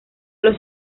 los